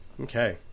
Okay